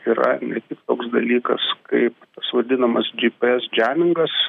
yra ne tik toks dalykas kaip tas vadinamas gps džemingas